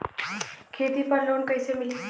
खेती पर लोन कईसे मिली?